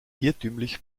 irrtümlich